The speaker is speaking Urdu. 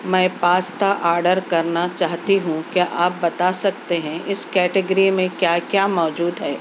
میں پاستا آرڈر کرنا چاہتی ہوں کیا آپ بتا سکتے ہیں اِس کیٹیگری میں کیا کیا موجود ہے